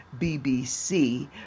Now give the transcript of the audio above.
bbc